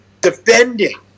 defending